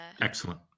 Excellent